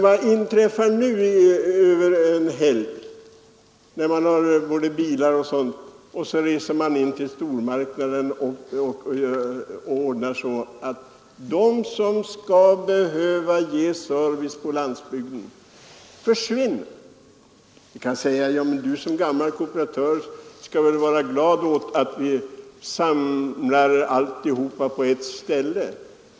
Vad inträffar om man över en helg reser till en stormarknad och gör sina inköp där? Jo, det medför att de affärer som behöver ge service på landsbygden måste upphöra med sin verksamhet. Man kan säga att jag såsom gammal kooperatör väl skall vara glad åt att vi samlar all affärsverksamhet på ett ställe.